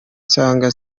nsanga